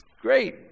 great